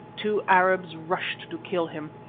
two arabs rushed to kill him.